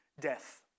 death